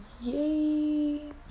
Yay